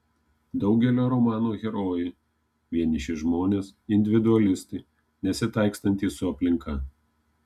daugelio romanų herojai vieniši žmonės individualistai nesitaikstantys su aplinka